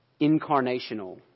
incarnational